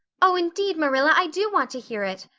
oh, indeed, marilla, i do want to hear it,